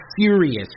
serious